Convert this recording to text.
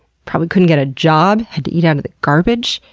probably couldn't get a job, had to eat out of the garbage,